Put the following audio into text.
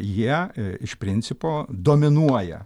jie iš principo dominuoja